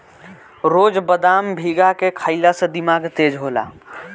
रोज बदाम भीगा के खइला से दिमाग तेज होला